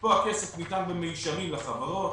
פה הכסף ניתן במישרין לחברות,